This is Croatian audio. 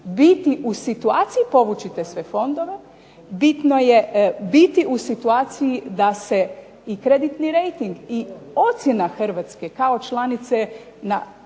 biti u situaciji povući te sve fondove, bitno je biti u situaciji da se kreditni rejting i ocjena hrvatske kao članice na